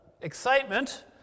excitement